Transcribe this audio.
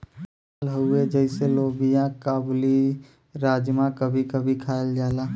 दाल हउवे जइसे लोबिआ काबुली, राजमा कभी कभी खायल जाला